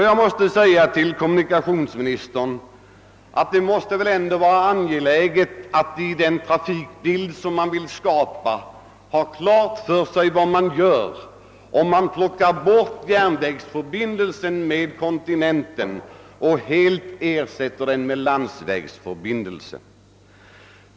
Jag vill säga till kommunikationsministern, att det måste vara angeläget att i den trafikbild man vill skapa ha klart för sig vad man gör om man plockar bort järnvägsförbindelsen med kontinenten och ersätter den med en landsvägsförbindelse.